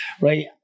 right